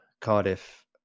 Cardiff